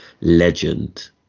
legend